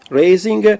raising